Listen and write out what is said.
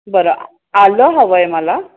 बरं आलं हवं आहे मला